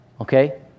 okay